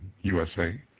USA